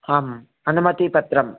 आम् अनुमतिपत्रम्